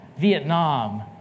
Vietnam